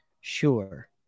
Sure